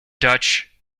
dutch